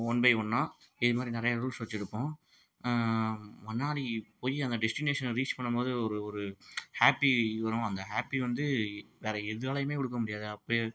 one by ஒன்றா இது மாதிரி நிறையா ரூல்ஸ் வைச்சுருப்போம் மணாலி போய் அந்த டெஸ்டினேஷனை ரீச் பண்ணும்போது ஒரு ஒரு ஹாப்பி வரும் அந்த ஹாப்பி வந்து வேறு எதாலையுமே கொடுக்க முடியாது அப்டே